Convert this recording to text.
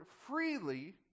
freely